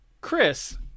Chris